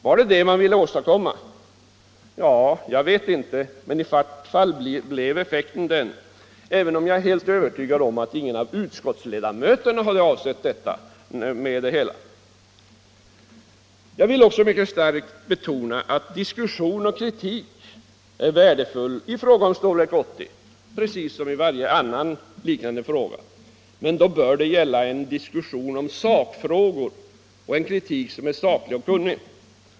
Var det detta man ville åstadkomma? Ja, jag vet inte, men i vart fall har effekten blivit denna även om jag är övertygad om att ingen av utskottsledamöterna hade avsett detta. Jag vill starkt betona att diskussion och kritik är värdefulla i fråga om Stålverk 80 liksom i alla andra liknande frågor. Men då bör det gälla en diskussion av sakfrågor och en kritik som är saklig och kunnig.